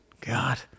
God